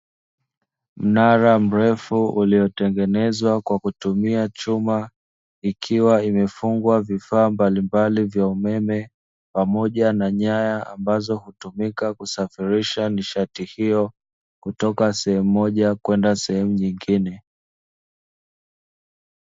Mnara mrefu uliotengenezwa kwa kutumia chuma, ikiwa imefungwa vifaa mbalimbali vya umeme pamoja na nyaya ambazo hutumika kusafirisha nishati hiyo kutoka sehemu moja kwenda sehemu nyingine.